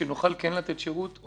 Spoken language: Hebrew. כדי שנוכל כן לתת שירות?